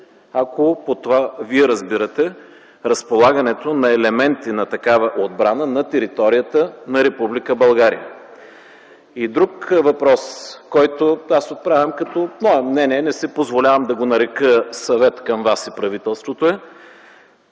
ако под това Вие разбирате разполагането на елементи от такава отбрана на територията на Република България. И друг въпрос, който аз отправям като мое мнение – не си позволявам да го нарека съвет към Вас и правителството.